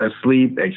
asleep